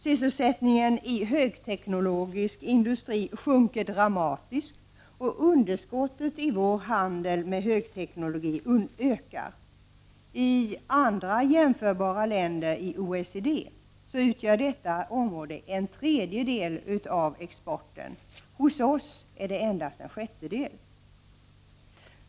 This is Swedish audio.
Sysselsättningen i högteknologisk industri sjunker dramatiskt, och underskottet i vår handel med högteknologi ökar. I andra jämförbara länder i OECD utgör detta område en tredjedel av exporten — hos oss är den endast en sjättedel.